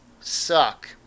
suck